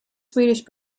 swedish